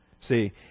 See